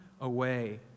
away